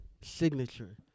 Signature